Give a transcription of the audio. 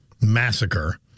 Massacre